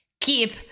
keep